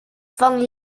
van